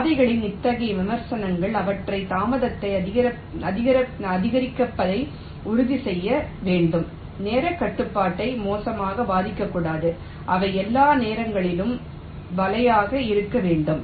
பாதைகளின் இத்தகைய விமர்சனங்கள் அவற்றின் தாமதத்தை அதிகரிப்பதை உறுதிசெய்ய வேண்டும் நேரக் கட்டுப்பாட்டை மோசமாக பாதிக்கக்கூடாது அவை எல்லா நேரங்களிலும் வலையா க இருக்க வேண்டும்